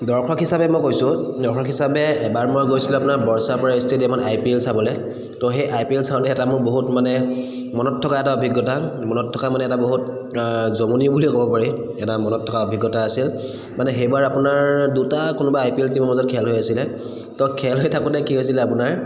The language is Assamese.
দৰ্শক হিচাপে মই কৈছোঁ দৰ্শক হিচাপে এবাৰ মই গৈছিলোঁ আপোনাৰ বৰসাপাৰা ষ্টেডিয়ামত আই পি এল চাবলৈ ত' সেই আই পি এল চাওঁতে এটা মোৰ বহুত মানে মনত থকা এটা অভিজ্ঞতা মনত থকা মানে এটা বহুত জমনি বুলি ক'ব পাৰি এটা মনত থকা অভিজ্ঞতা আছিল মানে সেইবাৰ আপোনাৰ দুটা কোনোবা আই পি এল টিমৰ মাজত খেল হৈ আছিলে তো খেল হৈ থাকোঁতে কি হৈছিলে আপোনাৰ